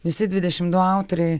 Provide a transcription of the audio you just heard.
visi dvidešimt du autoriai